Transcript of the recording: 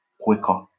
quicker